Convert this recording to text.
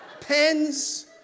pens